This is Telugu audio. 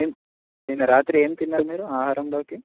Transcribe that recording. నిన్న రాత్రి ఏం తిన్నారు మీరు ఆహారంలోకి